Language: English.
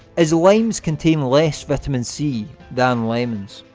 as limes contain less vitamin c than lemons.